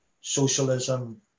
socialism